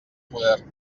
poder